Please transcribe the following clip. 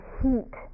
heat